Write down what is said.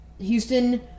houston